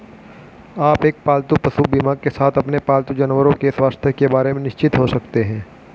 आप एक पालतू पशु बीमा के साथ अपने पालतू जानवरों के स्वास्थ्य के बारे में निश्चिंत हो सकते हैं